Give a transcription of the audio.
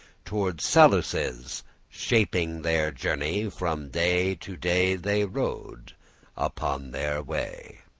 toward saluces shaping their journey, from day to day they rode upon their way.